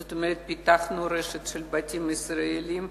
זאת אומרת פיתחנו רשת של "בתים ישראליים",